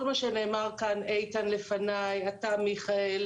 כל מה שנאמר כאן, איתן לפניי, אתה מיכאל,